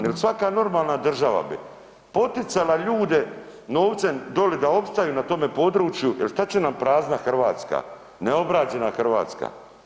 Jer svaka normalna država bi poticala ljude novcem dolje da opstaju na tome području, jer što će nam prazna Hrvatska, neobrađena Hrvatska.